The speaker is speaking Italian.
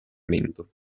mento